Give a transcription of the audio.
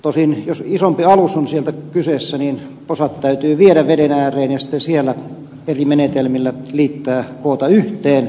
tosin jos isompi alus on kyseessä osat täytyy viedä veden ääreen ja siellä eri menetelmillä liittää koota yhteen